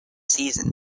season